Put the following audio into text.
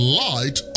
light